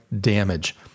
damage